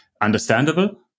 understandable